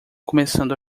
começando